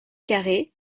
carré